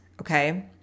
okay